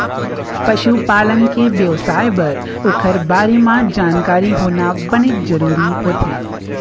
पशु पालन के बेवसाय बर ओखर बारे म जानकारी होना बनेच जरूरी होथे